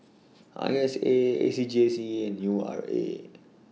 I S A A C J C and U R A